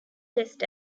test